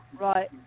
right